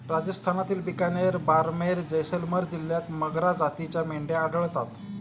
राजस्थानातील बिकानेर, बारमेर, जैसलमेर जिल्ह्यांत मगरा जातीच्या मेंढ्या आढळतात